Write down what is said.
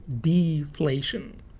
deflation